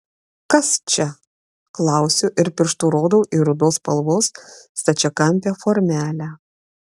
kas čia klausiu ir pirštu rodau į rudos spalvos stačiakampę formelę